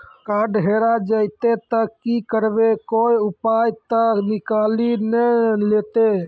Card हेरा जइतै तऽ की करवै, कोय पाय तऽ निकालि नै लेतै?